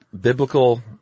biblical